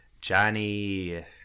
Johnny